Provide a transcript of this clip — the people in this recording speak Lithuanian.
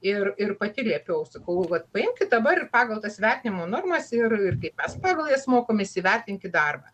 ir ir pati liepiau sakau vat paimkit dabar ir pagal tas vertinimo normas ir ir kaip mes pagal jas mokomės įvertinkit darbą